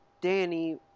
Danny